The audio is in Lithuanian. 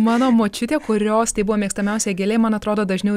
mano močiutė kurios tai buvo mėgstamiausia gėlė man atrodo dažniau